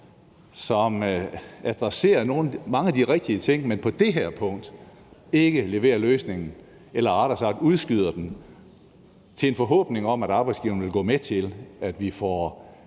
som adresserer mange af de rigtige ting, men på det her punkt ikke leverer løsningen eller rettere sagt udskyder den og gør den til en forhåbning om, at arbejdsgiverne vil gå med til, at vi får